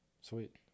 Sweet